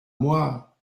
moi